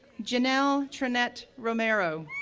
janyl tranette romero,